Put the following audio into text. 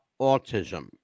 autism